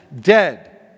dead